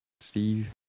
Steve